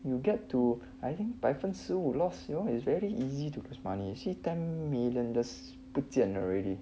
get to I think 百分十五 loss you know is very easy to lose money you see ten million just 不见 already